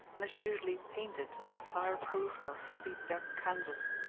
and is usually painted on fire-proofed or heavy duck canvas.